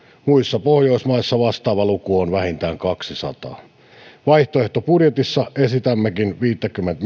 muissa pohjoismaissa vastaava luku on vähintään kahdennessasadannessa vaihtoehtobudjetissa esitämmekin viittäkymmentä